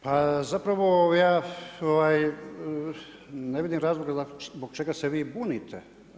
Pa zapravo ja ne vidim razloga zbog čega se vi bunite.